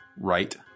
right